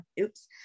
oops